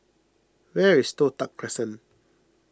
where is Toh Tuck Crescent